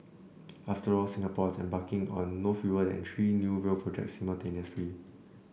after all Singapore is embarking on no fewer than three new rail projects simultaneously